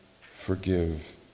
forgive